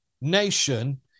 nation